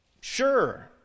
Sure